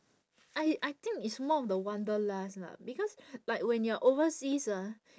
I I think it's more of the wanderlust lah because like when you are overseas ah